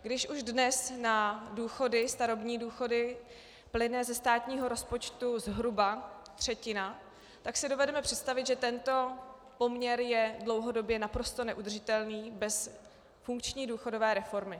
Když už dnes na starobní důchody plyne ze státního rozpočtu zhruba třetina, tak si dovedeme představit, že tento poměr je dlouhodobě naprosto neudržitelný bez funkční důchodové reformy.